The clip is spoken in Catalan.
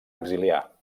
exiliar